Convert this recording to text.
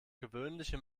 gewöhnliche